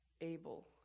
able